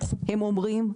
הם אומרים,